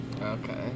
Okay